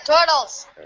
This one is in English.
turtles